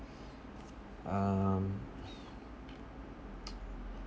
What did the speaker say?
um